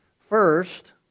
First